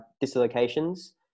dislocations